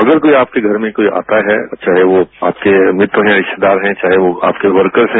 अगर कोई आपके घर में कोई आता है तो चाहे वह आपके मित्र हैं रिश्तेदार हैं चाहे वह आपके वर्कर्स हैं